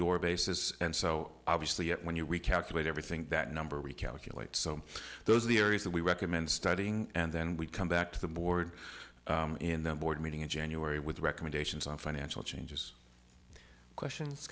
door basis and so obviously when you recalculate everything that number we calculate so those are the areas that we recommend studying and then we come back to the board in the board meeting in january with recommendations on financial changes questions